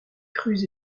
crues